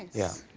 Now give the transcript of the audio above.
yeah.